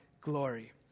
glory